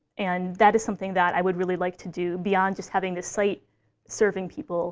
and that is something that i would really like to do, beyond just having the site serving people